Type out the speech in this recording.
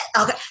Okay